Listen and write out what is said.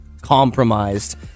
compromised